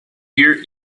deer